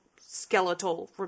skeletal